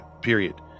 period